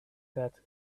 that